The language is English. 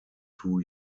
two